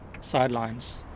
sidelines